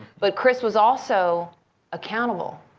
but chris was also accountable.